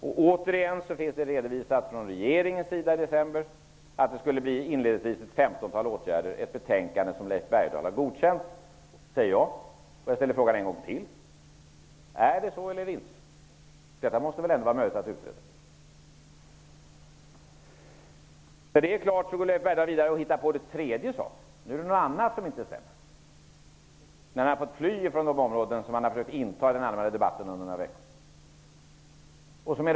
Jag vill återigen säga att regeringen redovisade i december att det inledningsvis skulle bli ett femtontal åtgärder, enligt förslagen i ett betänkande som Leif Bergdahl har godkänt. Jag ställer frågan en gång till: Är det så, eller är det inte så? Detta måste väl ändå vara möjligt att utreda. Sedan går Leif Bergdahl vidare och hittar på en tredje sak. Nu när han har fått fly från de områden som han under några veckor har försökt att inta i den allmänna debatten, är det någonting annat som inte stämmer.